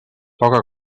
poca